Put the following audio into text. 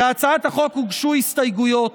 להצעת החוק הוגשו הסתייגויות.